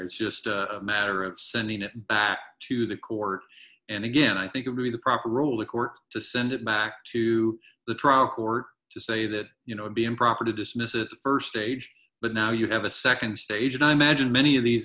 it's just a matter of sending it back to the court and again i think it would be the proper role of the court to send it back to the trial court to say that you know it be improper to dismiss it the st age but now you have a nd stage and i imagine many of these